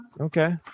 okay